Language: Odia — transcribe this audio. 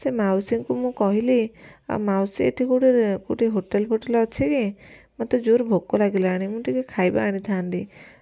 ସେ ମାଉସୀଙ୍କୁ ମୁଁ କହିଲି ଆଉ ମାଉସୀ ଏଇଠି କେଉଁଠି କେଉଁଠି ହୋଟେଲ ଫୋଟେଲ ଅଛି କି ମତେ ଜୋରେ ଭୋକ ଲାଗିଲାଣି ମୁଁ ଟିକେ ଖାଇବା ଆଣିଥାନ୍ତି